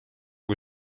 kui